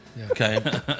okay